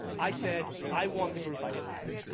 i said i want the group i didn't have.